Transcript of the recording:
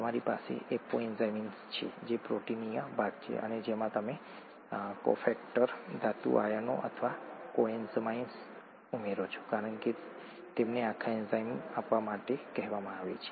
તમારી પાસે apoenzyme છે જે પ્રોટીનીય ભાગ છે અને જેમાં તમે કોફેક્ટર ધાતુ આયનો અથવા કોએન્ઝાઇમ્સ ઉમેરો છો કારણ કે તેમને આખા એન્ઝાઇમ આપવા માટે કહેવામાં આવે છે